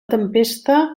tempesta